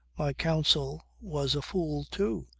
counsel was a fool too,